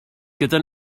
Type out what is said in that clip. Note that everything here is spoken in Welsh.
gyda